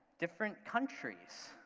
different countries